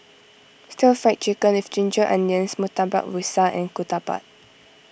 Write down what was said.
Stir Fried Chicken with Ginger Onions Murtabak Rusa and Ketupat